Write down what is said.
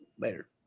Later